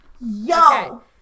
Yo